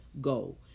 goal